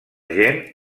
gent